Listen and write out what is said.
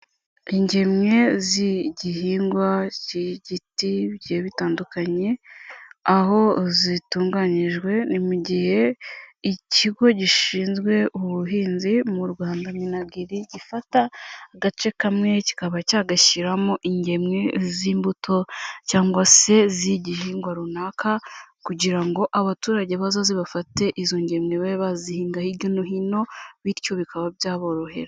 Ingemwe z'igihingwa cy'igiti bigiye bitandukanye, aho zitunganyijwe ni mu gihe ikigo gishinzwe ubuhinzi mu Rwanda MINAGRI gifata agace kamwe kikaba cyikaba cyagashyiramo ingemwe z'imbuto cyangwa se z'igihingwa runaka, kugira ngo abaturage bazaze bafate izo ngemwe babe bazihinga hirya no hino, bityo bikaba byaborohera.